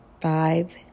Five